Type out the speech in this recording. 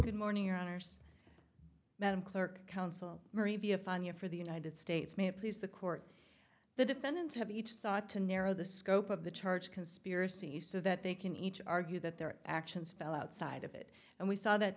good morning ours madam clerk counsel for the united states may it please the court the defendants have each sought to narrow the scope of the charge conspiracy so that they can each argue that their actions fell outside of it and we saw that